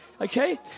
okay